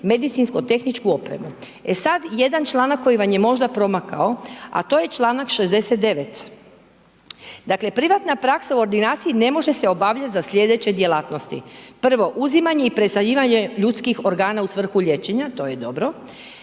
medicinskotehničku opremu. E sad, jedan članak koji vam je možda promakao, a to je članak 69. Dakle, privatna praksa u ordinaciji ne može se obavljati za sljedeće djelatnosti. Prvo, uzimanje i presađivanje ljudskih organa u svrhu liječenja. To je dobro.